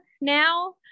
now